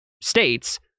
states